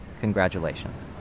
congratulations